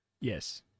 Yes